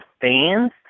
fans